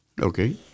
Okay